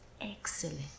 excellent